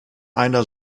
einer